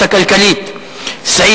הכלכלית לשנים 2011 ו-2012 (תיקוני חקיקה),